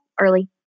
early